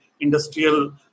industrial